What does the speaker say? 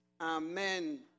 amen